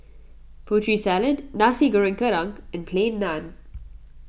Putri Salad Nasi Goreng Kerang and Plain Naan